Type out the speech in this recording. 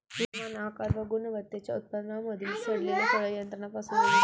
एकसमान आकार व गुणवत्तेच्या उत्पादनांमधील सडलेले फळ यंत्रापासून वेगळे केले जाते